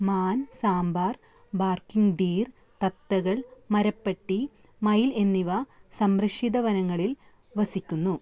മാൻ sambar barking deer തത്തകൾ മരപ്പട്ടി മയിൽ എന്നിവ സംരക്ഷിത വനങ്ങളിൽ വസിക്കുന്നു